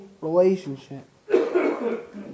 relationship